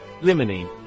limonene